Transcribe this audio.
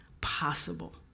possible